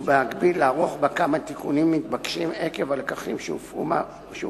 ובמקביל לערוך בה כמה תיקונים מתבקשים עקב הלקחים שהופקו